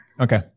okay